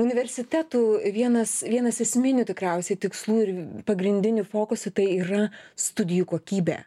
universitetų vienas vienas esminių tikriausiai tikslų ir pagrindinių fokusų tai yra studijų kokybė